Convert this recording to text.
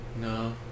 No